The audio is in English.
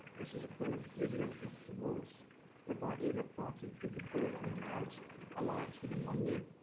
this was a kind of rudimentary divorce whereby either party could withdraw from the marriage alliance within one year.